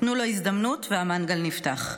תנו לו הזדמנות, והמנגל נפתח.